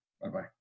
Bye-bye